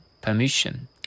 permission